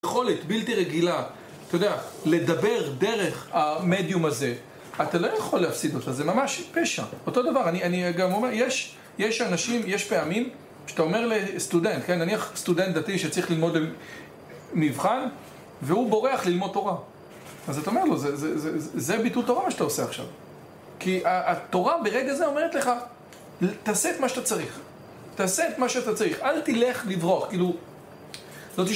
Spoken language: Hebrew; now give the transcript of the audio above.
יכולת בלתי רגילה, אתה יודע, לדבר דרך המדיום הזה אתה לא יכול להפסיד אותה, זה ממש פשע אותו דבר, אני גם אומר, יש אנשים, יש פעמים שאתה אומר לסטודנט, כן, נניח סטודנט דתי שצריך ללמוד מבחן והוא בורח ללמוד תורה אז אתה אומר לו, זה ביטול תורה מה שאתה עושה עכשיו כי התורה ברגע הזה אומרת לך תעשה את מה שאתה צריך תעשה את מה שאתה צריך, אל תלך לברוח, כאילו זאת אישה